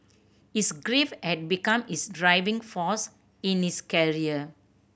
his grief had become his driving force in his career